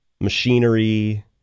machinery